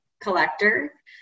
collector